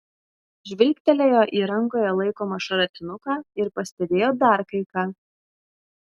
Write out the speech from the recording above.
žvilgtelėjo į rankoje laikomą šratinuką ir pastebėjo dar kai ką